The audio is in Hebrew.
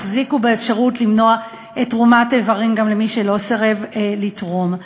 יחזיקו באפשרות למנוע את תרומת האיברים גם למי שלא סירב לתרום.